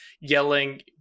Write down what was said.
yelling